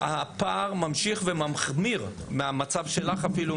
הפער ממשיך ומחמיר מהמצב שלך אפילו,